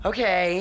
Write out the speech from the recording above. Okay